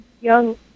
young